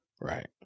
Right